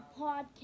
podcast